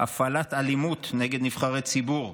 הפעלת אלימות נגד נבחרי ציבור,